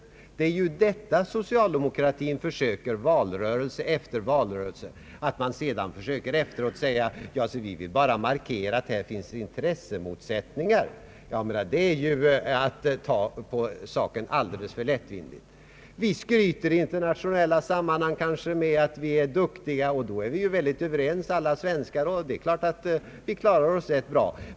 Det är ju detta socialdemokratin försöker valrörelse efter valrörelse. Att man efteråt säger att man bara velat markera att det finns intressemotsättningar är ju att ta alldeles för lättvindigt på saken. Vi skryter i internationella sammanhang med att vi är duktiga, därom är ju alla svenskar överens, och visst klarar vi oss rätt bra.